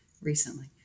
recently